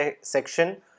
section